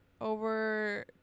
over